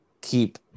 keep